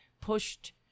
pushed